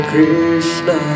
Krishna